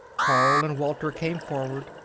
carl and walter came forward,